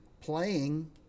playing